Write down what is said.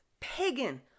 pagan